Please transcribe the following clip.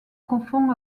confond